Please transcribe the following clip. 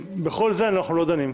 בכל זה אנחנו לא דנים.